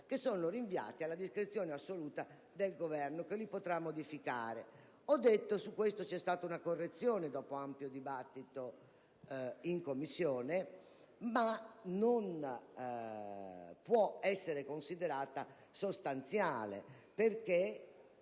che sono rinviati alla discrezione assoluta del Governo, che potrà modificarli. Ho già detto che su questo punto c'è stata una correzione, dopo un ampio dibattito in Commissione, ma essa non può essere considerata sostanziale, perché